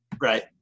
Right